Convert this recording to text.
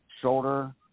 shoulder